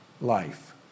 life